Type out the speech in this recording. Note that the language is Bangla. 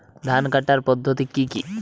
ধান কাটার পদ্ধতি কি কি?